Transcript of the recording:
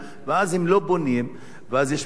ואז הם לא בונים ואז יש מצוקה.